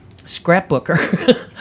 scrapbooker